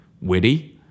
witty